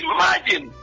Imagine